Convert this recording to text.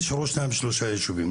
נשארו שניים-שלושה יישובים,